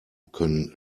können